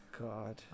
god